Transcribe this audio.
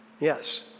Yes